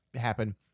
happen